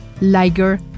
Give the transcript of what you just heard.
Liger